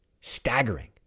Staggering